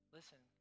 Listen